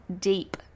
deep